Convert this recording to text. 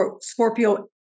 Scorpio